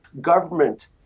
government